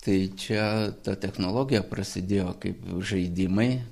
tai čia ta technologija prasidėjo kaip žaidimai